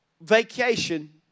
vacation